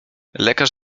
lekarz